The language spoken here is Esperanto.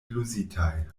eluzitaj